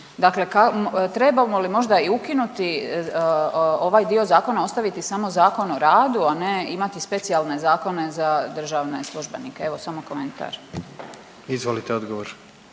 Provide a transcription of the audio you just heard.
Dakle, trebamo li možda i ukinuti ovaj dio zakona ostaviti samo Zakon o radu, a ne imati specijalne zakone za državne službenike. Evo samo komentar. **Jandroković,